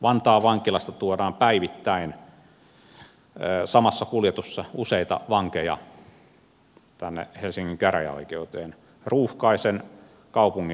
vantaan vankilasta tuodaan päivittäin samassa kuljetuksessa useita vankeja tänne helsingin käräjäoikeuteen ruuhkaisen kaupungin läpi